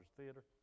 Theater